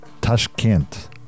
Tashkent